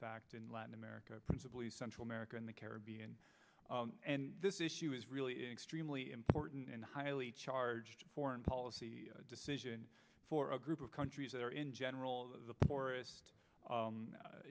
fact in latin america principally central america and the caribbean and this issue is really an extremely important and highly charged foreign policy decision for a group of countries that are in general the poorest